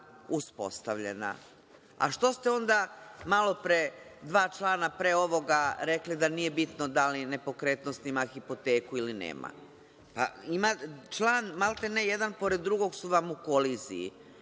ste onda malopre, dva člana pre ovoga, rekli da nije bitno da li nepokretnost ima hipoteku ili nema? Član maltene jedan pored drugog, su vam u koliziji.